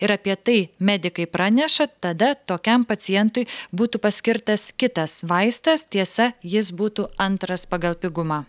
ir apie tai medikai praneša tada tokiam pacientui būtų paskirtas kitas vaistas tiesa jis būtų antras pagal pigumą